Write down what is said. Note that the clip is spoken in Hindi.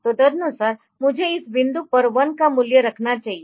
तो तदनुसार मुझे इस बिंदु पर 1 का मूल्य रखना चाहिए